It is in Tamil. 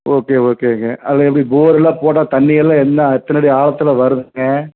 ஓகே ஓகேங்க அதில் எப்படி போரெல்லாம் போட்டால் தண்ணியெல்லாம் என்ன எத்தனை அடி ஆழத்தில் வருதுங்க